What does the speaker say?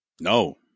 No